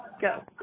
go